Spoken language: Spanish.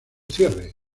cierre